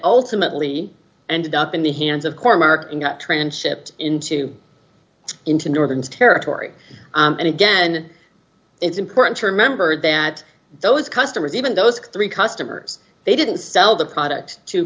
ultimately ended up in the hands of court marking up transshipped into into northern territory and again it's important to remember that those customers even those three customers they didn't sell the product to